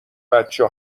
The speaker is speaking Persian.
بچه